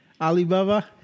Alibaba